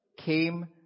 came